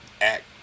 act